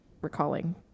recalling